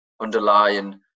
underlying